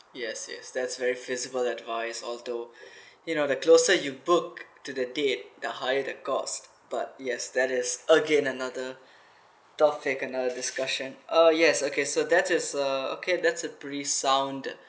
yes yes that's very feasible advise although you know the closer you book to the date the higher the cost but yes that is again another topic another discussion uh yes okay so that is uh okay that's pretty sounded